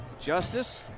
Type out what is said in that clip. Justice